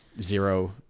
zero